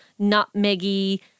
nutmeggy